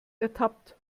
ertappt